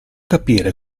capire